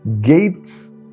gates